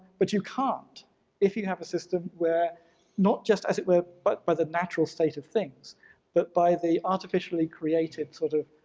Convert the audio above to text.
but you can't if you have a system where not just as it were but by the natural state of things but by the artificially created sort of